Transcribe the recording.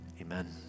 Amen